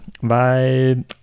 Weil